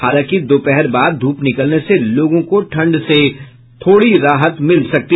हालांकि दोपहर बाद धूप निकलने से लोगों को ठंड से थोड़ी राहत मिलेगी